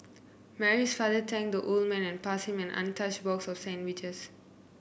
Mary's father thanked the old man and passed him an untouched box of sandwiches